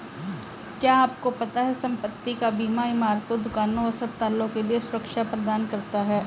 क्या आपको पता है संपत्ति का बीमा इमारतों, दुकानों, अस्पतालों के लिए सुरक्षा प्रदान करता है?